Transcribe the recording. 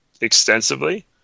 extensively